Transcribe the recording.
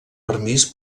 permís